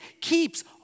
keeps